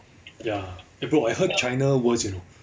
ya eh bro I heard china worse you know